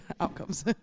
outcomes